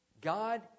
God